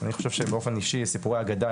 אני חושב שבאופן אישי סיפורי הגדה,